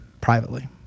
privately